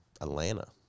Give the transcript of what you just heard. Atlanta